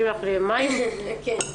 אני לא